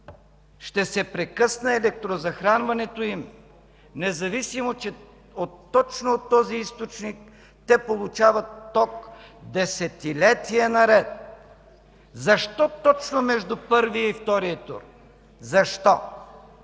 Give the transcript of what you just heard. ще се прекъсне електрозахранването им, независимо че точно от този източник получават ток десетилетия наред! Защо точно между първия и втория тур? Защо?